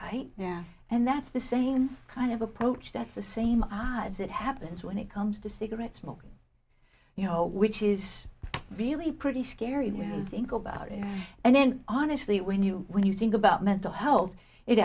yeah and that's the same kind of approach that's the same size it happens when it comes to cigarette smoke you know which is really pretty scary to think about it and then honestly when you when you think about mental health it